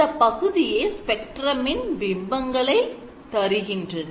இந்த பகுதியே spectrum இன் பிம்பங்களை தருகின்றது